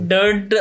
Dirt